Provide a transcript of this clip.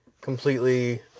completely